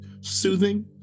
soothing